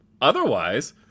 Otherwise